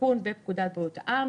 התיקון בפקודת בריאות העם,